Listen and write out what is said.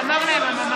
לא שומע אותך.